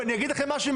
ואני אגיד לכם משהו,